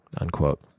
unquote